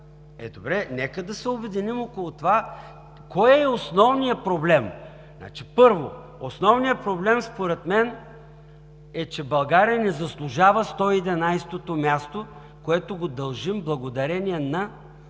стане. Нека да се обединим около това кое е основният проблем. Основният проблем според мен, първо, е, че България не заслужава 111-о място, което го дължим благодарение на